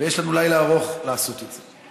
ויש לנו לילה ארוך לעשות את זה.